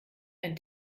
ein